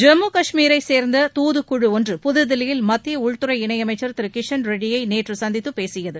ஜம்மு காஷ்மீரை சேர்ந்த தூதுக்குழு ஒன்று புதுதில்லியில் மத்திய உள்துறை இணையமைச்சர் திரு கிஷன் ரெட்டியை நேற்று சந்தித்து பேசியது